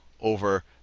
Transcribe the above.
over